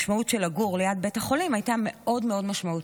ולגור ליד בית החולים היה מאוד מאוד משמעותי.